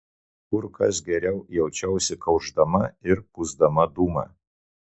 kur kas geriau jaučiausi kaušdama ir pūsdama dūmą